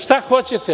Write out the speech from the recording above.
Šta hoćete?